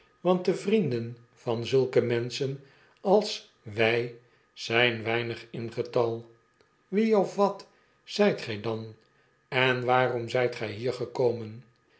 want de vrienden van zulke menschen als wg zqn weinig in getal wie of wat zijt gij dan en waarom zijt gjj bier gekomen